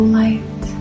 light